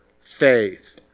faith